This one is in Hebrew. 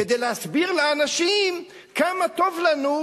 כדי להסביר לאנשים כמה טוב לנו,